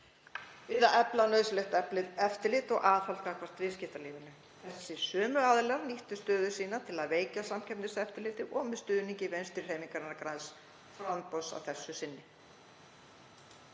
við að efla nauðsynlegt eftirlit og aðhald gagnvart viðskiptalífinu. Þessir sömu aðilar nýttu stöðu sína til að veikja Samkeppniseftirlitið, með stuðningi Vinstrihreyfingarinnar – græns framboðs að þessu sinni.